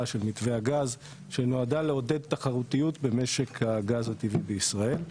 של מתווה גז שנועד לעודד תחרותיות במשק הגז הטבעי בישראל.